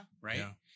Right